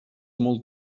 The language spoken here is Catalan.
molt